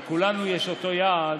לכולנו יש אותו יעד,